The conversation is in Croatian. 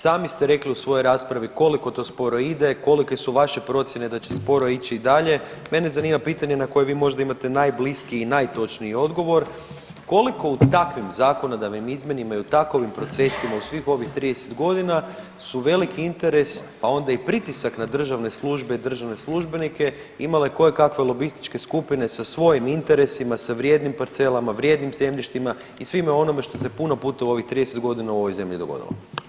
Sami ste rekli u svojoj raspravi koliko to sporo ide, kolike su vaše procijene da će sporo ići i dalje, mene zanima pitanje na koje vi možda imate najbliskiji i najtočniji odgovor, koliko u takvim zakonodavnim izmjenama i u takovim procesima u svim ovih 30.g. su veliki interes, a onda i pritisak na državne službe i državne službenike imale kojekakve lobističke skupine sa svojim interesima, sa vrijednim parcelama, vrijednim zemljištima i svime onime što se puno puta u ovih 30.g. u ovoj zemlji dogodilo?